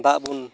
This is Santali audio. ᱫᱟᱜᱵᱚᱱ